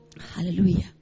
Hallelujah